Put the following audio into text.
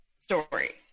story